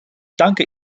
danke